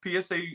PSA